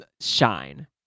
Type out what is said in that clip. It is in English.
shine